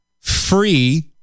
free